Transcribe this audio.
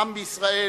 העם בישראל